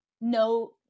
no